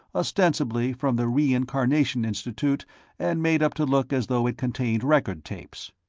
ostensibly from the reincarnation institute and made up to look as though it contained record tapes.